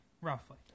Roughly